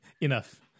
enough